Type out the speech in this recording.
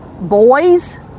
boys